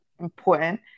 important